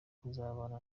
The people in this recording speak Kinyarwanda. kuzabana